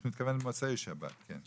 את מתכוונת מוצאי שבת, כן?